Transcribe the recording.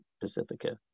Pacifica